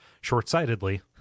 short-sightedly